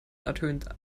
ertönt